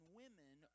women